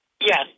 Yes